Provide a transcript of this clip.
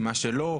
ומה שלא,